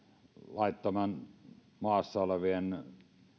laittomasti maassa olevien